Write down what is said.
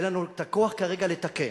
ואין לנו הכוח כרגע לתקן,